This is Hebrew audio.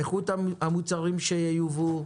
איכות המוצרים שייובאו,